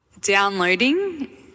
downloading